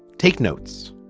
take notes,